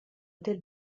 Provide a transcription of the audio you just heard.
hôtel